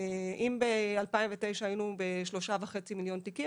אם ב-2009 היינו ב-3.5 מיליון תיקים,